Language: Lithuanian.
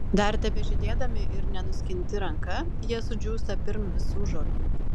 dar tebežydėdami ir nenuskinti ranka jie sudžiūsta pirm visų žolių